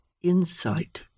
insight